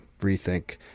rethink